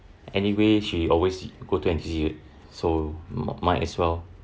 anyway she always go to N_T_U_C so might as well